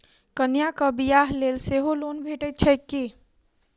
कन्याक बियाह लेल सेहो लोन भेटैत छैक की?